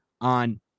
on